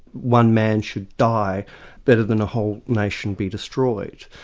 one man should die better than a whole nation be destroyed.